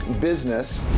business